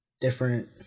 different